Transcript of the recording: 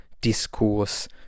discourse